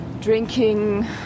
drinking